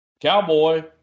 cowboy